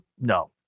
No